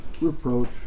reproach